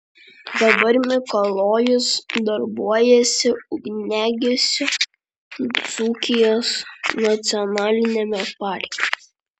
dabar mikalojus darbuojasi ugniagesiu dzūkijos nacionaliniame parke